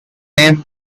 name